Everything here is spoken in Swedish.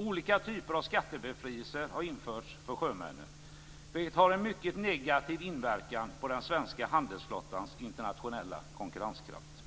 Olika typer av skattebefrielser har införts för sjömännen, vilket har en mycket negativ inverkan på den svenska handelsflottans internationella konkurrenskraft.